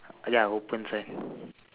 ya open sign